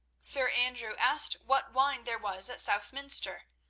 sir andrew asked what wine there was at southminster.